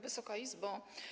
Wysoka Izbo!